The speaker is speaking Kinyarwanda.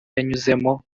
yanyuzemo